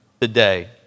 today